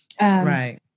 right